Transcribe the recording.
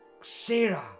Sarah